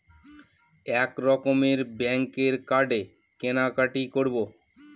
এক রকমের ব্যাঙ্কের কার্ডে কেনাকাটি করব